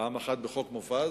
פעם אחת בחוק מופז